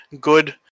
good